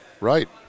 Right